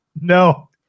No